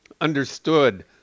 understood